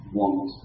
want